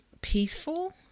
peaceful